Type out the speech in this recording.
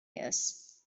years